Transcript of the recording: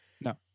No